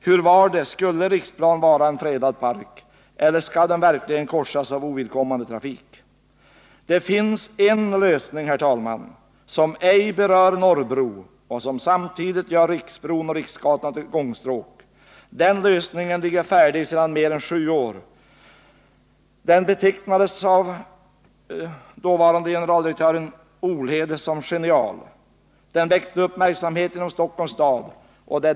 Hur är det: Skall Riksplan vara en fredad park eller skall den verkligen korsas av ovidkommande trafik? Det finns en lösning, herr talman, som berör Norrbro och som samtidigt gör Riksbron och Riksgatan till ett gångstråk. Den lösningen ligger färdig sedan mer än sju år. Den betecknades av dåvarande generaldirektören Olhede som genial. Den väckte också uppmärksamhet inom Stockholms kommun.